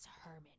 Herman